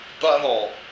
butthole